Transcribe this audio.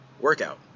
workout